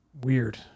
Weird